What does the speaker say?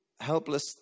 helpless